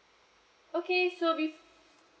okay so be~